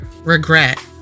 regret